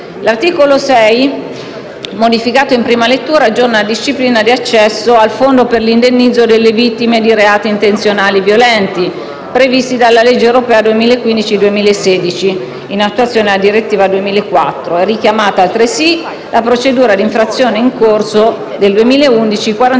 L'articolo 6, modificato in prima lettura, aggiorna la disciplina di accesso al fondo per l'indennizzo delle vittime di reati intenzionali violenti, prevista dalla legge europea 2015-2016 in attuazione della direttiva 2004/80/CE. È richiamata altresì la procedura di infrazione n. 2011/4147,